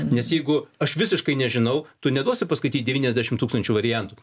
nes jeigu aš visiškai nežinau tu neduosi paskaityt devyniasdešim tūkstančių variantų